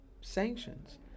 sanctions